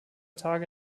tage